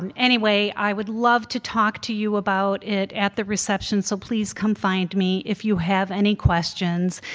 um anyway i would love to talk to you about it at the reception so please come find me if you have any questions.